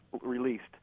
released